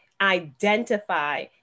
identify